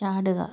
ചാടുക